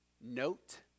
note